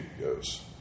goes